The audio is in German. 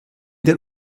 der